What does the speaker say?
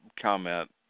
comment